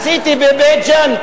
עשיתי בבית-ג'ן,